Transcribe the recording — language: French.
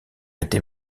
était